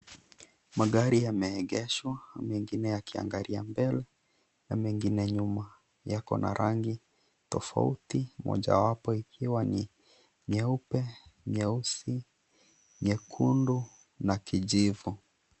Magari yameegeshwa mengine yakiangalia mbele na mengine nyuma, yako na rangi tofauti mojawapo ikiwa ni nyeupe, nyeusi, nyekundu na kijivu.